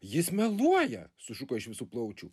jis meluoja sušuko iš visų plaučių